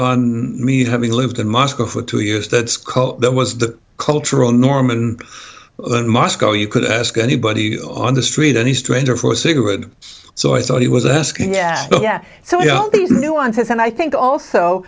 on me having lived in moscow for two years that skull that was the cultural norm in moscow you could ask anybody on the street any stranger for a cigarette so i thought he was asking yeah yeah so you know these nuances and i think also